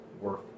worth